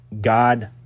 God